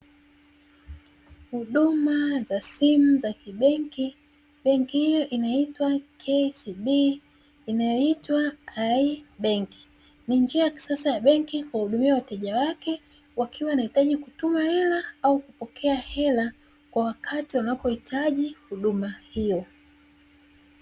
Huduma za simu za kibenki benki hiyo inaitwa ¨KCB¨ inayoitwa ibenki ni njia ya kisasa ya benki, kuwahudumia wateja wake wakiwa wanahitaji kutuma hela au kupokea hela kwa wakati wanapohitaji huduma hiyo.